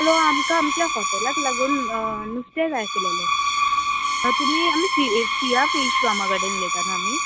hello आमकां आमच्या हॉटेलाक लागून नुस्तें जाय आसलेलें तुमी आमी सी सिया फीश फार्माकडेन उलयता न्हू आमी